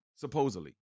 Supposedly